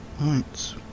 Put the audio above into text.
Right